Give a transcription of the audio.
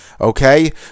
Okay